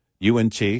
UNT